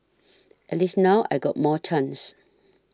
at least now I got more chance